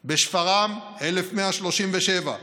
בשפרעם, 1,137,